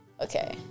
Okay